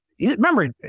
Remember